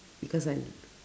because I